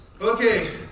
Okay